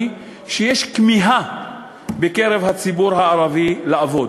שיש כמיהה בקרב הציבור הערבי לעבוד